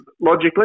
logically